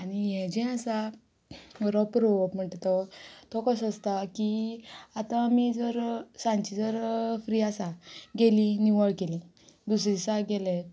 आनी हें जें आसा रोप रोवप म्हणटा तो तो कोसो आसता की आतां आमी जर सांजची जर फ्री आसा गेलीं निवळ केलें दुसरे दिसा गेले